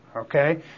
okay